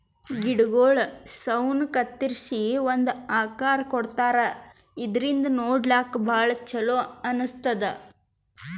ಗಿಡಗೊಳ್ ಸೌನ್ ಕತ್ತರಿಸಿ ಒಂದ್ ಆಕಾರ್ ಕೊಡ್ತಾರಾ ಇದರಿಂದ ನೋಡ್ಲಾಕ್ಕ್ ಭಾಳ್ ಛಲೋ ಅನಸ್ತದ್